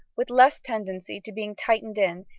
with less tendency to being tightened in,